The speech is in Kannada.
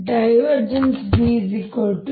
B ಈ ಪ್ರಮಾಣವು ಶೂನ್ಯವಾಗಿರಬೇಕಾಗಿಲ್ಲ ಆದಾಗ್ಯೂ